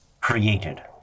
created